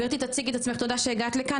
גברתי, תציגי את עצמך, תודה שהגעת לכאן.